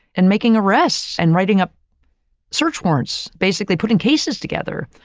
and making arrests and writing up search warrants. basically, putting cases together,